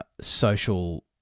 social